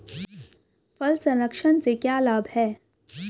फल संरक्षण से क्या लाभ है?